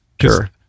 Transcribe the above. sure